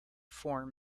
form